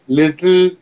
little